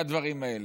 בדברים האלה.